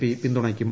P പിന്തുണയ്ക്കും